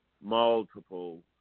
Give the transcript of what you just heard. multiple